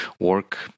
work